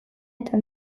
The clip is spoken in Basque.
eta